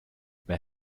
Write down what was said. bij